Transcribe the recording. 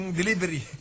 delivery